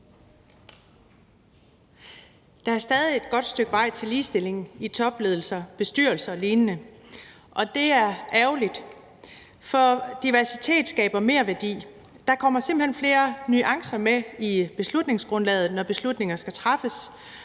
Der er stadig et godt stykke vej til ligestilling i topledelser, bestyrelser og lignende, og det er ærgerligt, for diversitet skaber merværdi. Der kommer simpelt hen flere nuancer med i beslutningsgrundlaget, når beslutninger skal træffes,